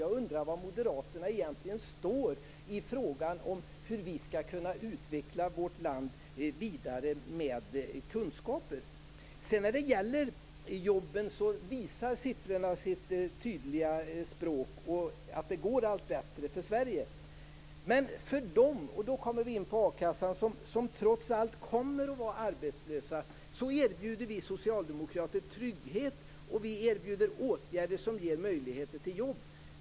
Jag undrar var moderaterna egentligen står i frågan om hur vi skall kunna utveckla vårt land vidare med kunskaper. När det gäller jobben talar siffrorna sitt tydliga språk. Det går allt bättre för Sverige. Men för dem som trots allt kommer att vara arbetslösa - nu kommer vi in på a-kassan - erbjuder vi socialdemokrater trygghet och åtgärder som ger möjligheter till jobb.